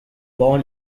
born